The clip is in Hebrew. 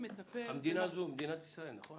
המדינה הזו - מדינת ישראל, נכון?